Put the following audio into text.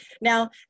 Now